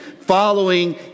following